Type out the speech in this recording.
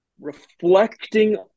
reflecting